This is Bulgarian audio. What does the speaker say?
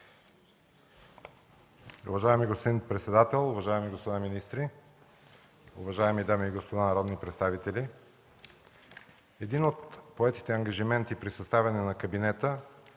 Уважаеми господин председател, уважаеми господа министри, уважаеми дами и господа народни представители! Един от поетите ангажименти при съставяне на кабинета